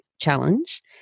challenge